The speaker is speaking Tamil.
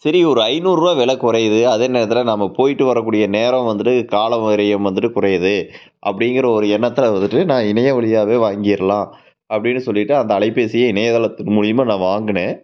சரி ஒரு ஐநூறுரூபா வெலை குறையிது அதே நேரத்தில் நம்ம போய்ட்டு வரக்கூடிய நேரம் வந்துவிட்டு காலம் விரயம் வந்துவிட்டு குறையுது அப்படிங்கிற ஒரு எண்ணெத்தில் வந்துவிட்டு நான் இணையம் வழியாகவே வாங்கிடலாம் அப்படினு சொல்லிவிட்டு அந்த அலைபேசியை இணையதளத்தின் மூலியமாக நான் வாங்கினேன்